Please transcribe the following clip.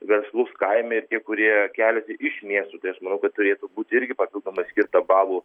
verslus kaime ir tie kurie keliasi iš miestų aš manu kad turėtų būt irgi papildomai skirta balų